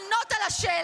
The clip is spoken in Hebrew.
נתנו לו לענות על השאלה.